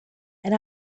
and